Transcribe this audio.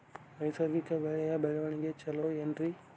ನೈಸರ್ಗಿಕ ಬೆಳೆಯ ಬೆಳವಣಿಗೆ ಚೊಲೊ ಏನ್ರಿ?